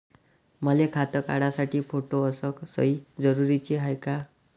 मले खातं काढासाठी फोटो अस सयी जरुरीची हाय का?